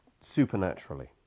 supernaturally